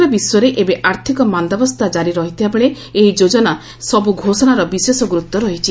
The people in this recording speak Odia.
ସମଗ୍ର ବିଶ୍ୱରେ ଏବେ ଆର୍ଥିକ ମାନ୍ଦାବସ୍ଥା ଜାରି ରହିଥିବାବେଳେ ଏହି ଯୋଜନା ସବୁର ଘୋଷଣାର ବିଶେଷ ଗୁରୁତ୍ୱ ରହିଛି